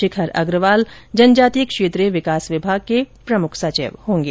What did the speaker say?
शिखर अग्रवाल जनजातिय क्षेत्रीय विकास विभाग के प्रमुख सचिव होंगे